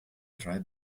drei